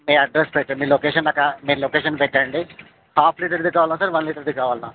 మీ address పెట్టండి location నాకా మీరు లొకేషన్ పెట్టండి హాఫ్ లీటర్ది కావాలా సార్ వన్ లీటర్ది కావాలా